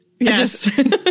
Yes